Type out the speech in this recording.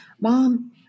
mom